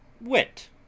wit